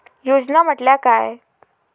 योजना म्हटल्या काय?